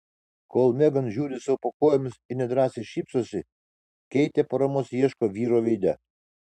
kol megan žiūri sau po kojomis ir nedrąsai šypsosi keitė paramos ieško vyro veide